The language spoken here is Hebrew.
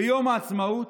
ביום העצמאות.